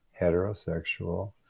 heterosexual